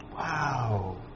wow